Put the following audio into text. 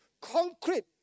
concrete